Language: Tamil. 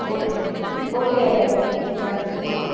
ஓகே ஓகே அறிவழகன் நீங்கள் போகலாம்